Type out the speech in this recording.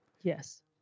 Yes